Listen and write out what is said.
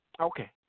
Okay